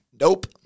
nope